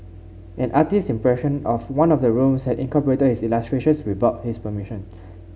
an artist's impression of one of the rooms had incorporated his illustrations without his permission